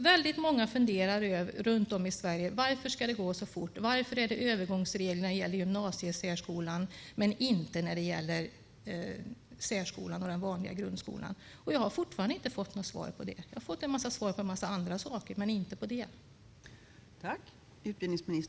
Väldigt många runt om i Sverige funderar över varför det ska gå så fort, varför det finns övergångsregler när det gäller gymnasiesärskolan men inte när det gäller särskolan och den vanliga grundskolan. Jag har fortfarande inte fått något svar på det. Jag har fått svar på en mängd andra saker men inte på det.